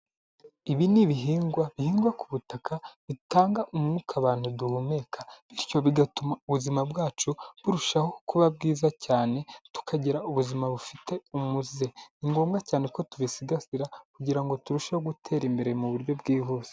Ibi ni ibihingwa bihingwa ku butaka bitanga umwuka abantu duhumeka bityo bigatuma ubuzima bwacu burushaho kuba bwiza cyane tukagira ubuzima bufite umuze, ni ngombwa cyane ko tubisigasira kugira ngo turusheho gutera imbere mu buryo bwihuse.